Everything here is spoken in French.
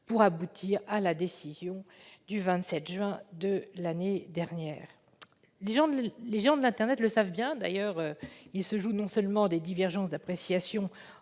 pour aboutir à la décision du 27 juin de l'année dernière. Les géants de l'internet le savent bien ; d'ailleurs, ils se jouent non seulement des divergences d'appréciation